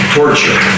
Torture